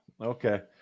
okay